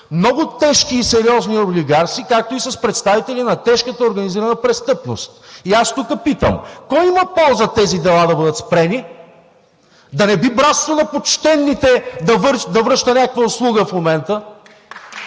много тежки и сериозни олигарси, както и с представители на тежката организирана престъпност. И аз тук питам: кой има полза тези дела да бъдат спрени? Да не би братството на почтените да връща някаква услуга в момента